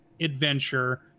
adventure